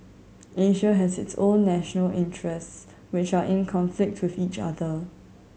Asia has its own national interests which are in conflict with each other